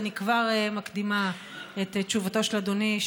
אני כבר מקדימה את תשובתו של אדוני,